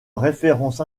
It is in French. référence